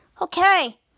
Okay